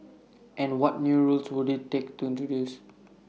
and what new rules would IT take to introduce